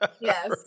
yes